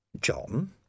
John